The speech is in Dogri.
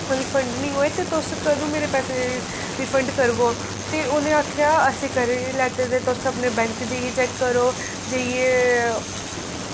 ओह् रिफंड निं होए ते तुस करो मेरे पैसे रिफंड करगेओ ते उ'नें आखेआ कि असें करी लैते तुस अपने बैंक जाइयै चैक्क करो जाइयै